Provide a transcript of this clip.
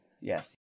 Yes